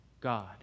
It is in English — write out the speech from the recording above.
God